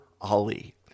Ali